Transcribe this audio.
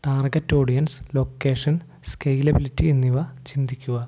target audience location scalability എന്നിവ ചിന്തിക്കുക